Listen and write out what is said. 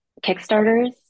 Kickstarters